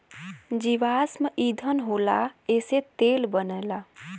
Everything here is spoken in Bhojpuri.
जीवाश्म ईधन होला एसे तेल बनला